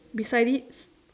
beside it